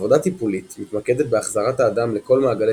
עבודה טיפולית מתמקדת בהחזרת האדם לכל מעגלי